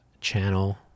channel